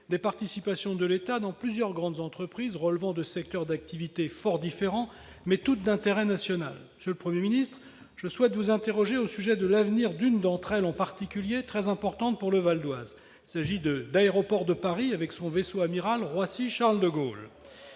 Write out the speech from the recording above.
des participations de l'État dans plusieurs grandes entreprises relevant de secteurs d'activité forts différents, mais toutes d'intérêt national. Je souhaite interroger le Premier ministre au sujet de l'avenir de l'une d'entre elles en particulier, très importante pour le Val-d'Oise. Il s'agit d'Aéroports de Paris, ADP, et de son vaisseau amiral Roissy-Charles de Gaulle.